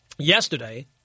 Yesterday